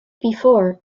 before